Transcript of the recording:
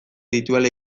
dituela